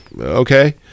okay